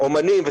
אומנים,